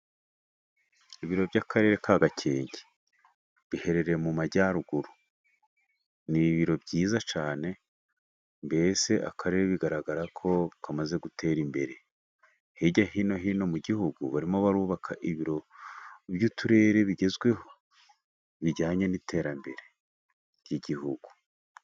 Ibiro by'akarere ka gakenke biherereye mu majyaruguru. Ni ibiro byiza cyean mbese akarere bigaragara ko kamaze gutera imbere. Hirya no hino mu gihugu barimo barubaka ibiro by'uturere bigezweho bijyanye n'iterambere ry'igihugu.